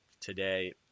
today